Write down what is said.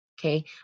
Okay